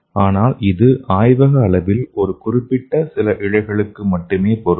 ஆனால் இது ஆய்வக அளவில் ஒரு குறிப்பிட்ட சில இழைகளுக்கு மட்டுமே பொருந்தும்